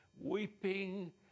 weeping